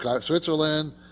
Switzerland